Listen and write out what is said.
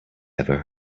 ever